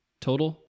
total